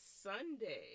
Sunday